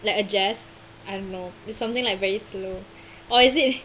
like uh jazz I don't know it's something like very slow or is it